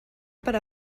per